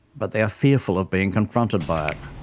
but they are fearful of being confronted by it,